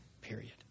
period